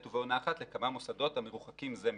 ובעונה אחת לכמה מוסדות המרוחקים זה מזה.